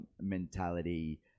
mentality